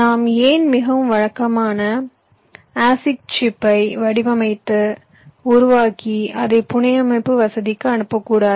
நாம் ஏன் மிகவும் வழக்கமான ASIC சிப்பை வடிவமைத்து உருவாக்கி அதை புனையமைப்பு வசதிக்கு அனுப்பக்கூடாது